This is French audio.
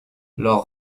leur